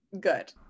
good